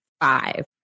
five